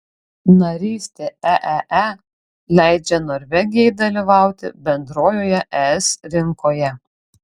narystė eee leidžia norvegijai dalyvauti bendrojoje es rinkoje